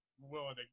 willing